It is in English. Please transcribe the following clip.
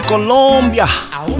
Colombia